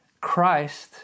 Christ